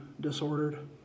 disordered